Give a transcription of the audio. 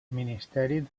ministeri